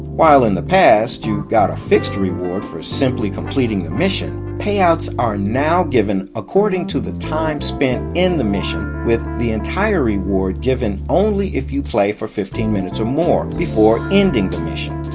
while in the past you got a fixed reward for simply completing the mission, payouts are now given according to the time spent in the mission, with the entire reward given only if you play for fifteen minutes or more before ending the mission.